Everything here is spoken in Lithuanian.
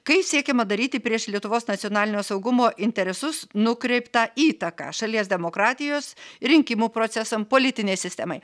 kai siekiama daryti prieš lietuvos nacionalinio saugumo interesus nukreiptą įtaką šalies demokratijos rinkimų procesam politinė sistemai